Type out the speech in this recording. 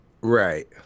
Right